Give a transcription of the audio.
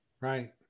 Right